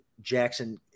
Jackson